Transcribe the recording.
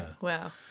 Wow